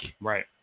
Right